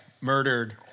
murdered